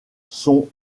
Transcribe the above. sont